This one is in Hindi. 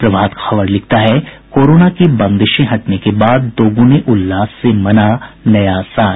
प्रभात खबर लिखता है कोरोना की बंदिशें हटने के बाद दोगुने उल्लास से मना नया साल